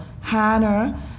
Hannah